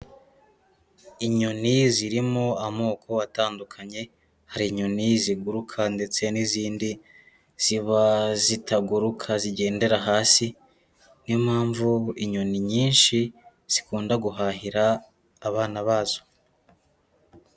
Inyoni zirimo amoko atandukanye, hari inyoni ziguruka ndetse n'izindi ziba zitaguruka, zigendera hasi, ni yo mpamvu inyoni nyinshi, zikunda guhahira abana bazo.